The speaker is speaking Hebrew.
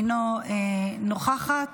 אינה נוכחת,